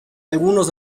algunos